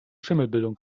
schimmelbildung